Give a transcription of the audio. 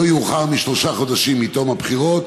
לא יאוחר משלושה חודשים מתום הבחירות,